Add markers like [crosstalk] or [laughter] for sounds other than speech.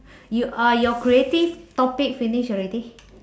[breath] you uh your creative topic finish already